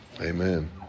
Amen